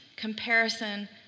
comparison